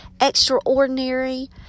extraordinary